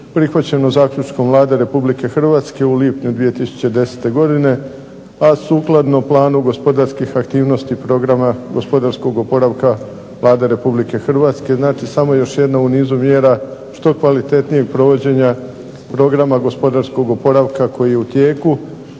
Prihvaćeno zaključkom Vlade Republike Hrvatske u lipnju 2010. godine, a sukladno planu gospodarskih aktivnosti Programa gospodarskog oporavka Vlade Republike Hrvatske. Znači, samo još jedna u nizu mjera što kvalitetnijeg provođenja programa gospodarskog oporavka koji je u tijeku,